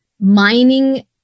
mining